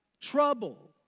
trouble